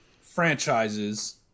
franchises